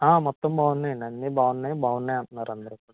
మొత్తం బాగున్నాయి అండి అన్నీ బాగున్నాయి బాగున్నాయి అంటున్నారు అందరూ